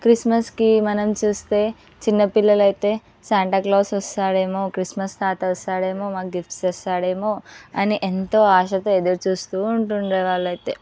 క్రిస్మస్కి మనం చూస్తే చిన్న పిల్లలయితే శాంటా క్లాస్ వస్తాడేమో క్రిస్మస్ తాత వస్తాడేమో మాకు గిఫ్ట్స్ తెస్తాడేమో అని ఎంతో ఆశతో ఎదురు చూస్తూ ఉంటుండే వాళ్ళు అయితే